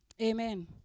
Amen